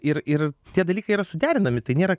ir ir tie dalykai yra suderinami tai nėra